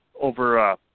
over